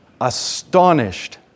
astonished